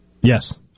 Yes